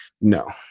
no